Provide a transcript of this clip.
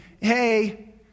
hey